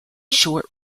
short